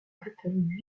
catalogue